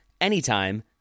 anytime